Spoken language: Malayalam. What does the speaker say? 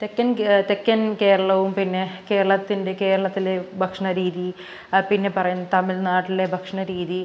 തെക്കൻ തെക്കൻ കേരളവും പിന്നെ കേരളത്തിൻ്റെ കേരളത്തിലെ ഭക്ഷണ രീതി പിന്നെ പറയാൻ തമിഴ്നാട്ടിലെ ഭക്ഷണ രീതി